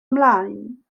ymlaen